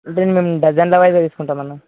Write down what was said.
అంటే మేము డజన్ల వైస్గా తీసుకుంటాం అన్న